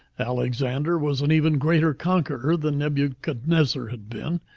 alexander was an even greater conqueror than nebuchadnezzar had been.